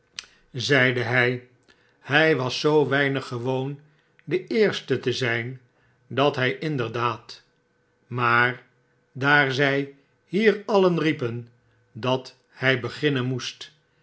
zeide hij h j was zoo weinig gewoon de eerste te zyn dat hy inderdaad maar daar zg hier alien riepen dat hy beginnen moest